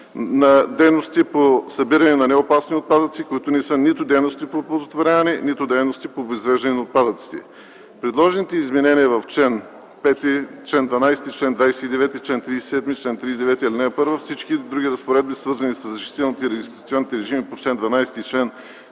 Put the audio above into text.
на дейности по събиране на неопасни отпадъци, които не са нито дейности по оползотворяване, нито дейности по обезвреждане на отпадъците. Предложените изменения в чл. 5, чл. 12, чл. 29, чл. 37, чл. 39, ал. 1 и всички други разпоредби, свързани с разрешителните и регистрационните режими по чл. 12 и чл.